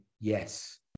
yes